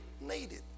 needed